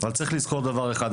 אבל צריך לזכור דבר אחד,